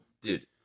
dude